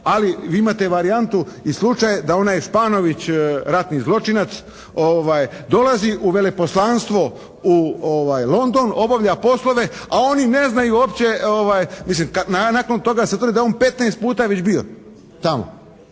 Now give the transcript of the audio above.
Ali vi imate varijantu i slučaj da onaj Španović, ratni zločinac dolazi u veleposlanstvo u London, obavlja poslove a oni ne znaju uopće, mislim nakon toga se tvrdi da je on već 15 puta bio tamo.